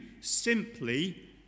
simply